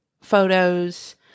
photos